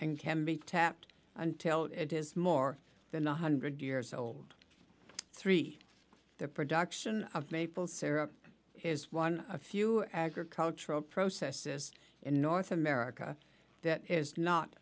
and can be tapped until it is more than one hundred years old three the production of maple syrup is one a few agricultural processes in north america that is not